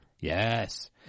Yes